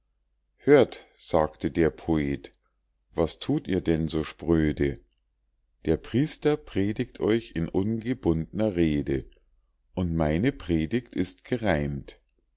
hört sagte der poet was thut ihr denn so spröde der priester predigt euch in ungebundner rede und meine predigt ist gereimt